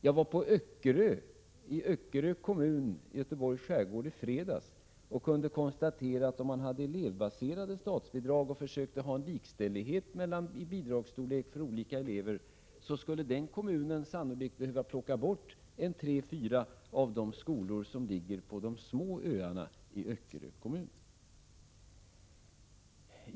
Jag besökte Öckerö i Göteborgs skärgård i fredags och kunde konstatera att om man skulle ha elevbaserade statsbidrag och försöka uppnå likställighet i bidragsstorlek för olika elever, så skulle kommunen sannolikt behöva plocka bort tre fyra av de skolor som ligger på de små öarna i Öckerö kommun.